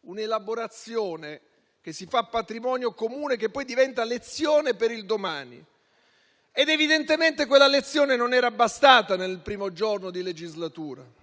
un'elaborazione che si fa patrimonio comune che poi diventa lezione per il domani, ed evidentemente quella lezione non era bastata nel primo giorno di legislatura.